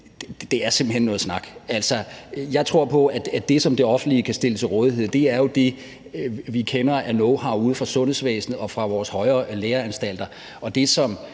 Det er simpelt hen noget snak. Altså, jeg tror på, at det, som det offentlige kan stille til rådighed, er det, som vi kender af knowhow ude fra sundhedsvæsenet og fra vores højere læreanstalter,